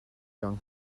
young